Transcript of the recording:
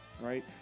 right